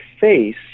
face